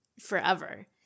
forever